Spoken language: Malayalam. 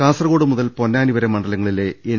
കാസർകോട് മുതൽ പൊന്നാനി വരെ മണ്ഡലങ്ങളിലെ എൻ